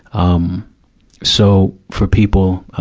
um so, for people, ah,